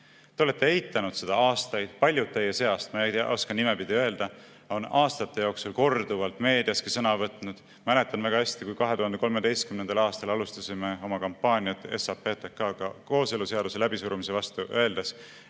Te olete eitanud seda aastaid, paljud teie seast, ma ei oska küll nimepidi öelda, on aastate jooksul korduvalt meediaski sõna võtnud. Mäletan väga hästi, kui me 2013. aastal alustasime SAPTK-iga oma kampaaniat kooseluseaduse läbisurumise vastu, öeldes,